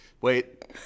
Wait